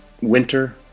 Winter